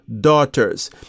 daughters